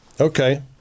Okay